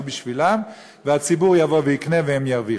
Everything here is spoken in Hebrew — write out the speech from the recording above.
בשבילם והציבור יבוא ויקנה והם ירוויחו.